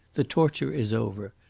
the torture is over.